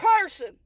person